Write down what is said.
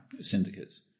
syndicates